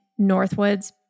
Northwoods